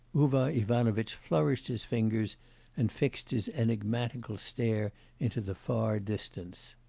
uvar ivanovitch flourished his fingers and fixed his enigmatical stare into the far distance.